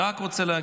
זו העמדה של השופט.